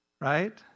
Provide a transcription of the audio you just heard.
Right